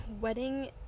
wedding